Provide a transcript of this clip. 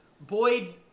Boyd